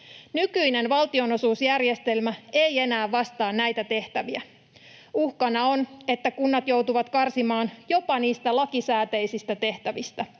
Nykyinen valtionosuusjärjestelmä ei enää vastaa näitä tehtäviä. Uhkana on, että kunnat joutuvat karsimaan jopa niistä lakisääteisistä tehtävistä